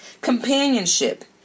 Companionship